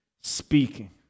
speaking